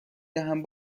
دهم